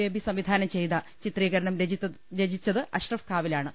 baby സംവിധാനം ചെയ്ത ചിത്രീകരണം രചിച്ചത് അഷ്റഫ് കാവിലാ ണ്